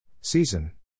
Season